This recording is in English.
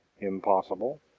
impossible